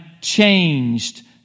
changed